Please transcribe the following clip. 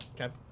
Okay